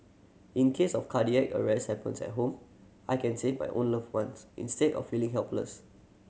in case of cardiac arrest happens at home I can save my own loved ones instead of feeling helpless